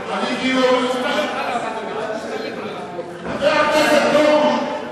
חבר הכנסת פרוש.